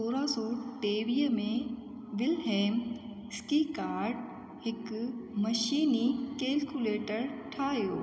सोरहं सौ टेवीह में विल्हेम स्किकार्ड हिकु मशीनी कैलकुलेटर ठाहियो